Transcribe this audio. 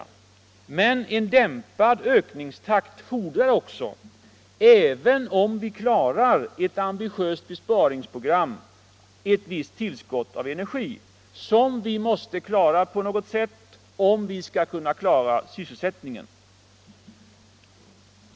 Även en dämpad ökningstakt fordrar emellertid —- även om vi klarar ett ambitiöst besparingsprogram — ett visst tillskott av energi som vi måste skapa på något sätt, om vi skall klara sysselsättningen.